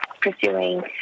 pursuing